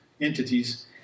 entities